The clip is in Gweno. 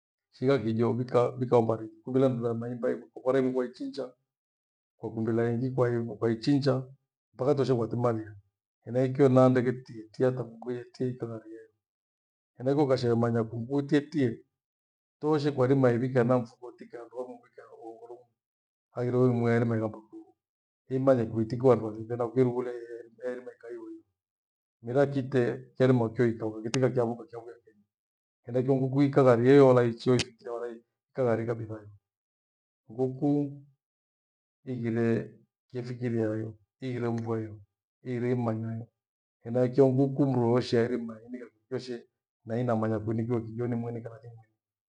Shigha kijo wika, vika ihombarinyi, kumbila mndu ya maemba vika iho mbari kwa vyara imwi kaichiya kwa vyara ingi kwa ichinja mpaka toshe kwatimalia. Hena ikio na ndeghe tiietie hata nguku ietie ikagharieyo. Henaicho ukashiimanya kungu tiietie toshe kwa irima uvike hana mfuko utike handouvike ughongo hagire we mweri mwaiondokou imanyi kuitike wandu wakivyandu havile yairima ukitirughulia yaikaa iho iho. Mera kite kerima kio ikawa kitika kiwo kiwa ukakirughuria charyia kenyi hanaiche ngunku ikaghirieyo nguku nigwire chafikiriayo ighure mrewe yo ighire imanyanyo. Henaichio nguku mndo wowoshwe herimmanya inikiwe kijoshe na inemmanya eninga kijo mweni kana si mweniwe.